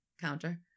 counter